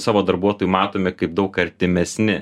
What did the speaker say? savo darbuotojų matomi kaip daug artimesni